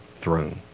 throne